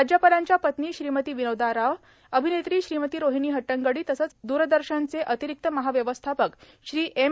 राज्यपालांच्या पत्नी श्रीमती विनोदा राव अभिनेत्री श्रीमती रोहिणी हट्टंगडी तसंच द्रदर्शनचे अतिरिक्त महाव्यवस्थापक श्री एम